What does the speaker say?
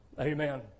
Amen